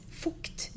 fukt